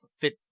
fit